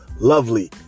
lovely